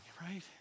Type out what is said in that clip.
right